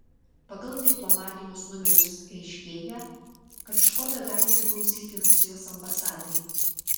pagal diplomatinius numerius aiškėja kad škoda gali priklausyti rusijos ambasadai